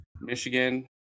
Michigan